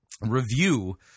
review